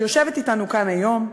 שיושבת אתנו כאן היום,